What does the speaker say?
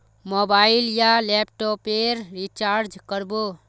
Mobile या laptop पेर recharge कर बो?